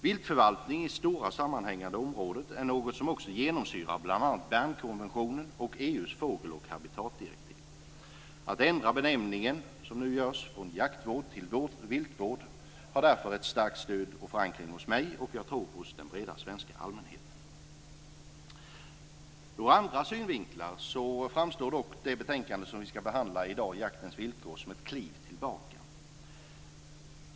Viltförvaltning i stora sammanhängande områden är något som också genomsyrar bl.a. Bernkonventionen och EU:s fågel och habitatdirektiv. Att, som nu görs, ändra benämningen "jaktvård" till "viltvård" möter därför ett starkt stöd från mig, och jag tror också att det har en god förankring hos den breda svenska allmänheten. Ur andra synvinklar framstår dock det betänkande som vi i dag ska behandla, Jaktens villkor, som ett kliv tillbaka.